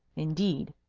indeed!